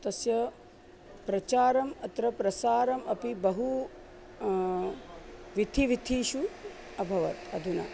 तस्य प्रचारम् अत्र प्रसारम् अपि बहु वीथीवीथीषु अभवत् अधुना